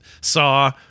saw